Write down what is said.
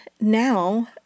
now